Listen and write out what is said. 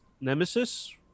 nemesis